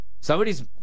Somebody's